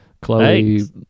Chloe